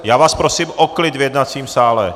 Já vás prosím o klid v jednacím sále!